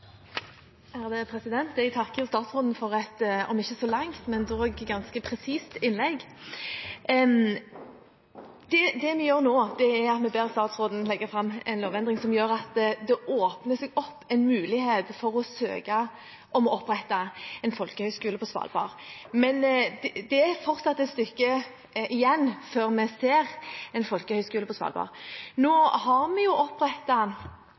et ikke så langt, men dog et ganske presist innlegg. Det vi gjør nå, er å be statsråden legge fram en lovendring som gjør at det åpner seg opp en mulighet for å søke om å opprette en folkehøyskole på Svalbard. Men det er fortsatt et stykke igjen før vi ser en folkehøyskole på Svalbard. Nå har vi opprettet noen nye folkehøyskoler i denne perioden, men det har jo